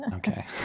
Okay